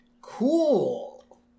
Cool